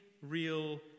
real